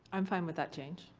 i'm fine with that change.